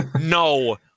No